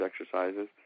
exercises